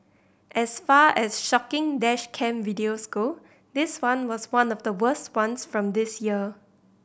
as far as shocking dash cam videos go this one was one of the worst ones from this year